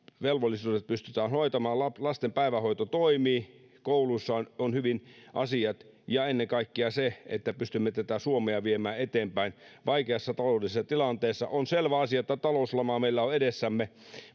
velvollisuudet pystytään hoitamaan lasten päivähoito toimii kouluissa on on hyvin asiat ja ennen kaikkea se että pystymme tätä suomea viemään eteenpäin vaikeassa taloudellisessa tilanteessa on selvä asia että talouslama meillä on edessämme